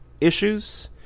issues